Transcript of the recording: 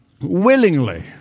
willingly